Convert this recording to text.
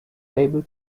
able